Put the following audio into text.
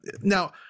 now